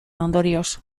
ondorioz